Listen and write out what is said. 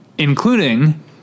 Including